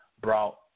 brought